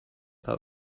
that